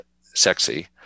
sexy